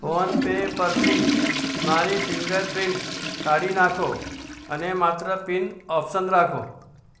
phone pay પરથી મારી fingerprint કાઢી નાખો અને માત્ર પીન ઓપ્શન રાખો